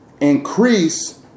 increase